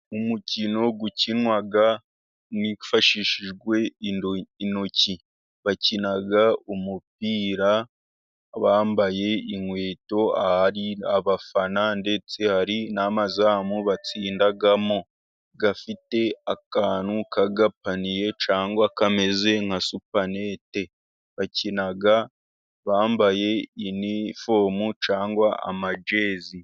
Umukino ukinwa hifashishijwe intoki. Bakina umupira bambaye inkweto, hari abafana ndetse hari n'amazamu batsindamo, afite akantu k'agapaniye cyangwa kameze nka supanete. Bakina bambaye inifomu cyangwa amajezi.